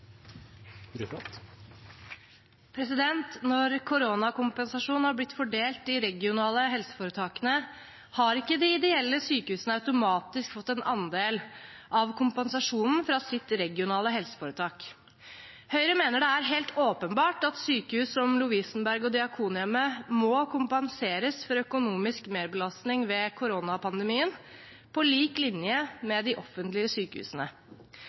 lokalsykehus. Når koronakompensasjonen har blitt fordelt i de regionale helseforetakene, har ikke de ideelle sykehusene automatisk fått en andel av kompensasjonen fra sitt regionale helseforetak. Høyre mener det er helt åpenbart at sykehus som Lovisenberg og Diakonhjemmet må kompenseres for økonomisk merbelastning ved koronapandemien på lik linje med